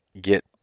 get